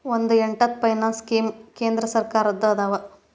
ಒಂದ್ ಎಂಟತ್ತು finance scheme ಕೇಂದ್ರ ಸರ್ಕಾರದ್ದ ಅದಾವ